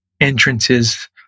entrances